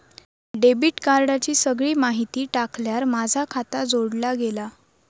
debit कार्डाची सगळी माहिती टाकल्यार माझा खाता जोडला गेला